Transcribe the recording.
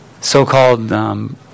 so-called